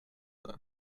then